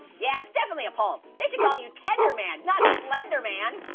yeah, it's definitely a poem. they should call you tenderman not slenderman.